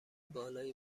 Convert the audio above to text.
بالایی